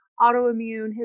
autoimmune